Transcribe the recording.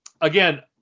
again